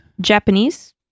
Japanese